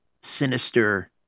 sinister